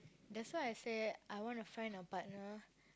that's why I say I wanna find a partner